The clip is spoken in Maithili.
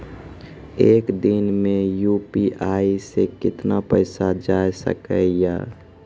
एक दिन मे यु.पी.आई से कितना पैसा जाय सके या?